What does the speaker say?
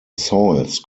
soils